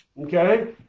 Okay